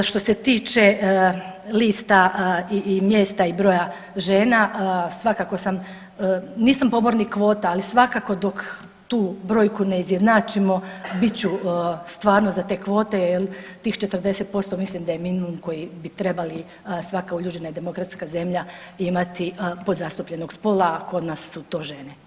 Što se tiče lista i mjesta i broja žena svakako sam, nisam pobornik kvota, ali svakako dok tu brojku ne izjednačimo bit ću stvarno za te kvote jel, tih 40% mislim da je minimum koji bi trebali svaka uljuđena demokratska zemlja imati podzastupljenog spola, a kod nas su to žene.